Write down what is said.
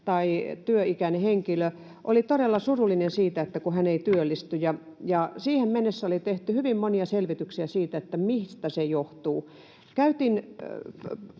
tai työikäinen henkilö, oli todella surullinen siitä, että hän ei työllisty. Siihen mennessä oli tehty hyvin monia selvityksiä siitä, mistä se johtuu.